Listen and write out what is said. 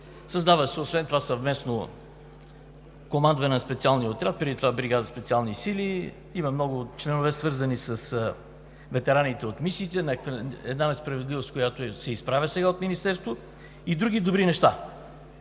Създава се, освен това, съвместно командване на Специалния отряд – преди това бригада „Специални сили“. Има много членове, свързани с ветераните от мисиите – една несправедливост, която се изправя сега от Министерството, и други добри неща.